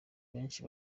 benshi